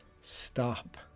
stop